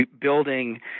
building